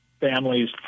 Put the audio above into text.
families